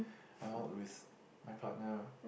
I'm out with my partner